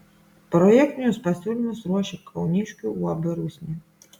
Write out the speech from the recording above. projektinius pasiūlymus ruošė kauniškių uab rusnė